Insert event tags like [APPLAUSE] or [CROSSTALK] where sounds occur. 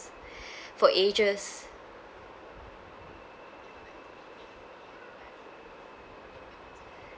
[BREATH] for ages